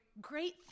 Great